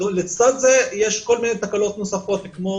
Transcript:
לצד זה יש כל מיני תקלות נוספות, כמו: